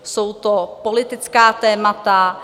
Jsou to politická témata.